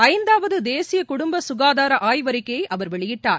ஐந்தாவது தேசிய குடும்ப சுகாதார ஆய்வறிக்கையை அவர் வெளியிட்டார்